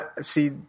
see